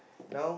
now